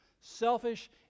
selfish